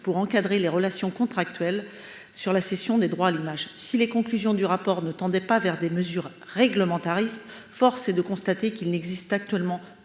loi encadrant les relations contractuelles relatives à la cession de droits à l’image. Si les conclusions du rapport sénatorial n’appelaient pas à des mesures réglementaristes, force est de constater qu’il n’existe actuellement